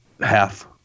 half